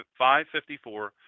554